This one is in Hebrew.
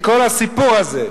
כל הסיפור הזה,